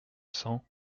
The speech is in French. cents